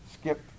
Skip